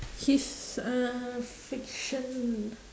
his uh fiction